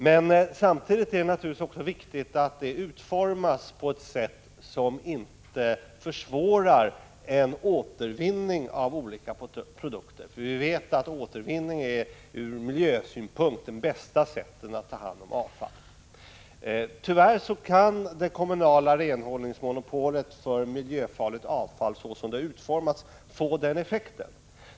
Men samtidigt är det naturligtvis också viktigt att åtgärderna utformas på ett sätt som inte försvårar en återvinning av olika produkter — vi vet att återvinning är det från miljösynpunkt bästa sättet att ta hand om avfall. Tyvärr kan det kommunala renhållningsmonopolet för miljöfarligt avfall så som det har utformats få en försvårande effekt.